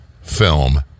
film